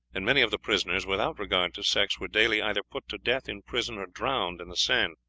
and many of the prisoners, without regard to sex, were daily either put to death in prison or drowned in the seine.